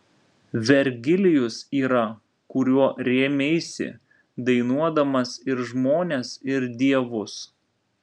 vergilijus yra kuriuo rėmeisi dainuodamas ir žmones ir dievus